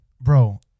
bro